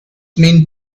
mean